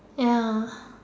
ya